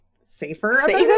safer